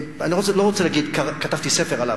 אני לא רוצה להגיד: כתבתי ספר עליו,